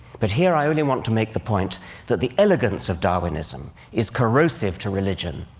but here, i only want to make the point that the elegance of darwinism is corrosive to religion,